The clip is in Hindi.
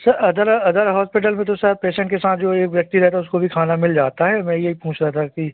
सर अदर अदर हॉस्पिटल में तो सर पेशेन्ट के साथ जो एक व्यक्ति रहता है उसको भी खाना मिल जाता है मैं यही पूछ रहा था कि